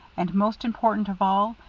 and, most important of all,